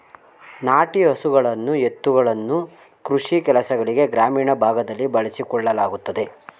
ನಾಟಿ ಹಸುಗಳನ್ನು ಎತ್ತುಗಳನ್ನು ಕೃಷಿ ಕೆಲಸಗಳಿಗೆ ಗ್ರಾಮೀಣ ಭಾಗದಲ್ಲಿ ಬಳಸಿಕೊಳ್ಳಲಾಗುತ್ತದೆ